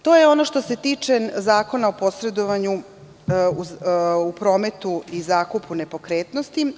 To je ono što se tiče Zakona o posredovanju u prometu i zakupu nepokretnosti.